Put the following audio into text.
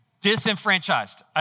Disenfranchised